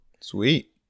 Sweet